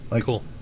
Cool